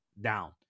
Down